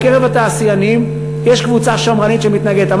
בקרב התעשיינים יש קבוצה שמרנית שמתנגדת.